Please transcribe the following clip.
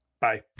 Bye